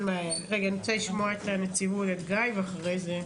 אני רוצה לשמוע את גיא ואחרי זה נמשיך,